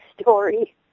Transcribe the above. story